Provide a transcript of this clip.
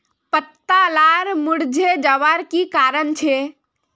पत्ता लार मुरझे जवार की कारण छे?